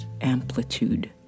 amplitude